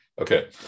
Okay